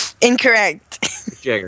Incorrect